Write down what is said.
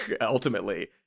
ultimately